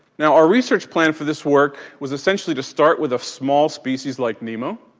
now our research plan for this work was essentially to start with a small species like nemo,